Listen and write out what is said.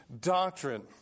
doctrine